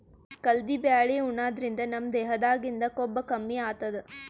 ಕಲ್ದಿ ಬ್ಯಾಳಿ ಉಣಾದ್ರಿನ್ದ ನಮ್ ದೇಹದಾಗಿಂದ್ ಕೊಬ್ಬ ಕಮ್ಮಿ ಆತದ್